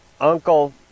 Uncle